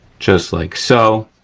just like so.